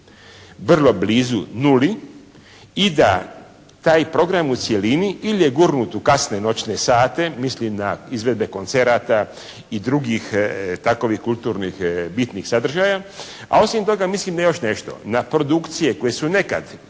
vrlo blizu nuli i da taj program u cjelini ili je gurnut u kasne noćne sate, mislim na izvedbe koncerata i drugih takovih kulturnih bitnih sadržaja. A, osim toga još nešto, na produkcije koje su nekad,